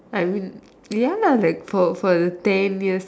I mean ya lah like for for the ten years